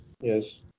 yes